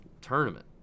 tournament